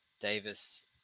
Davis